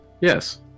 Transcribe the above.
Yes